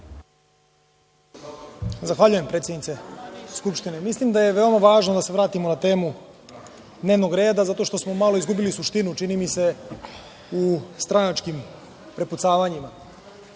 Zahvaljujem, predsednice Skupštine. Mislim da je veoma važno da se vratimo na temu dnevnog reda zato što smo malo izgubili suštinu, čini mi se, u stranačkim prepucavanjima. Danas